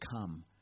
come